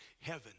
heaven